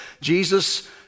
Jesus